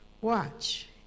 watch